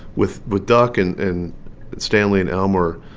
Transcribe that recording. with with duck and and stanley and elmer,